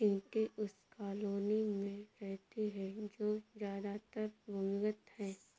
चींटी उस कॉलोनी में रहती है जो ज्यादातर भूमिगत है